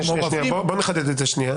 בוא נחדד את זה שנייה.